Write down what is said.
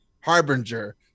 harbinger